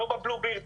לא בבלו בירד,